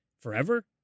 Forever